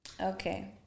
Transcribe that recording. Okay